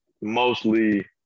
mostly